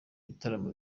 ibitaramo